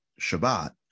Shabbat